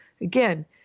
Again